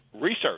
research